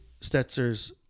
Stetzer's